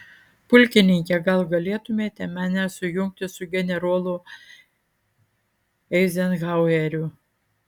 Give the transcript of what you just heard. pulkininke gal galėtumėte mane sujungti su generolu eizenhaueriu